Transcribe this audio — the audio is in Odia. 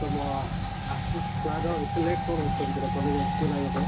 ତମ ଆଶିଷ ତା'ର ଏତେ ଲେଟ୍ କଣ ହେଉଛି ସବୁଦିନ କଲେଜ୍ ସ୍କୁଲ୍ ଆଇବାପାଇଁ